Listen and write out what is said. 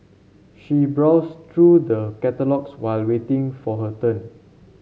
she browsed through the catalogues while waiting for her turn